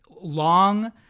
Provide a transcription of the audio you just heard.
long